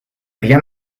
rien